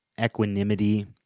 equanimity